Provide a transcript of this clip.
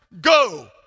go